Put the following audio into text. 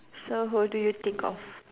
so who do you think of